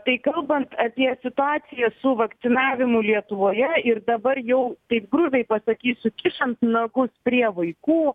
tai kalbant apie situaciją su vakcinavimu lietuvoje ir dabar jau taip grubiai pasakysiu kišant nagus prie vaikų